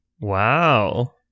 Wow